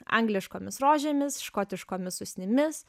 angliškomis rožėmis škotiškomis usnimis